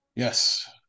Yes